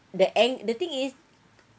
the eh the thing is